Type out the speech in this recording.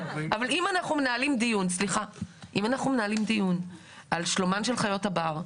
אבל אם אנחנו מנהלים דיון על שלומן של חיות הבר,